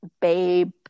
babe